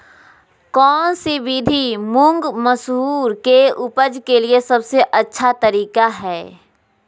कौन विधि मुंग, मसूर के उपज के लिए सबसे अच्छा तरीका है?